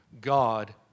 God